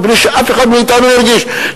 מבלי שאף אחד מאתנו הרגיש,